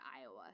Iowa